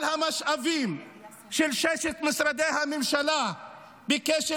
את כל המשאבים של ששת משרדי הממשלה בקשר